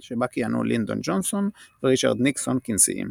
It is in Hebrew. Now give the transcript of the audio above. שבה כיהנו לינדון ג'ונסון וריצ'רד ניקסון כנשיאים.